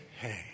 hey